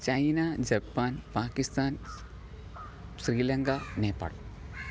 China Japan Pakistan Sri Lanka Nepal